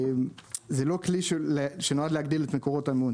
זה לא כלי שנועד להגדיל את מקורות המימון,